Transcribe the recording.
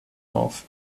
auf